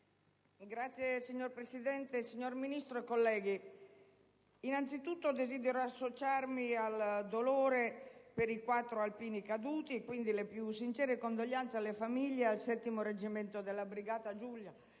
*(PD)*. Signor Presidente, signor Ministro, colleghi, innanzitutto desidero associarmi al dolore per i quattro alpini caduti; esprimo le più sincere condoglianze alle famiglie e al 7° Reggimento della Brigata Julia.